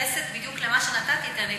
מתייחסת בדיוק למה שנתתי, הנתונים,